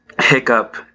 Hiccup